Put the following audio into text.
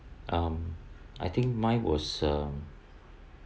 um I think mine was um